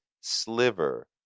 sliver